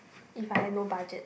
if I have no budget